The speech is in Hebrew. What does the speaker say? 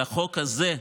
על החוק הזה,